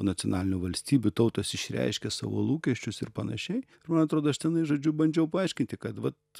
nacionalinių valstybių tautos išreiškė savo lūkesčius ir panašiai ir man atrodo aš tenai žodžiu bandžiau paaiškinti kad vat